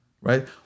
right